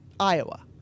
Iowa